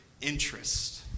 interest